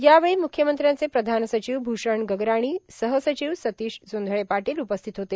यावेळी मुख्यमंत्र्यांचे प्रधान र्साचव भूषण गगराणी सहर्साचव सतीश जांधळे पाटांल उपस्थित होते